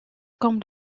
comme